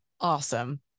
awesome